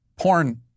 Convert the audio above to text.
porn